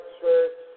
church